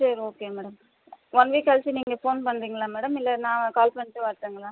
சரி okay madam one week கழித்து நீங்கள் ஃபோன் பண்ணுறிங்களா மேடம் இல்லை நான் கால் பண்ணிட்டு வரட்டும்ங்களா